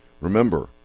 remember